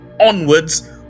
onwards